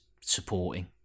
supporting